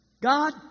God